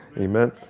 Amen